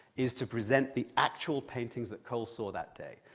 is to present the actual paintings that cole saw that day,